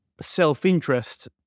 self-interest